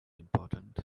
important